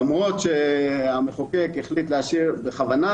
למרות שהמחוקק החליט להשמיט אותו בכוונה